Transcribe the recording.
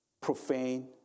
profane